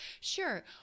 Sure